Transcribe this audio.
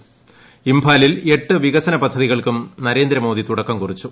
circuit ഇംഫാലിൽ എട്ട് വികസനപദ്ധതികൾക്കും നരേന്ദ്രമോദി തുടക്കം കുറിച്ചു